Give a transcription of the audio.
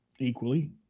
equally